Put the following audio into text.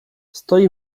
stoi